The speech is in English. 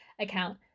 account